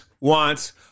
wants